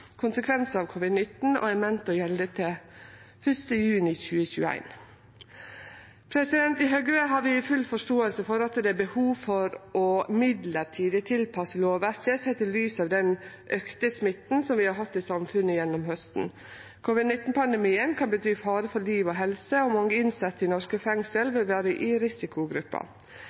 og er meint å gjelde til 1. juni 2021 I Høgre har vi full forståing for at det er behov for mellombels å tilpasse lovverket, sett i lys av den auka smitta som vi har hatt i samfunnet gjennom hausten. Covid-19-pandemien kan bety fare for liv og helse, og mange innsette i norske fengsel vil vere i